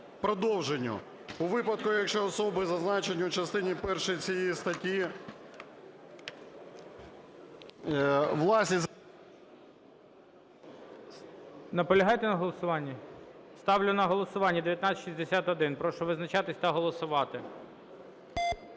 продовженню. У випадку, якщо особи, зазначені у частині першій цієї статті…". ГОЛОВУЮЧИЙ. Наполягаєте на голосуванні? Ставлю на голосування 1961. Прошу визначатись та голосувати.